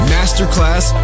Masterclass